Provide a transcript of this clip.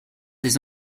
des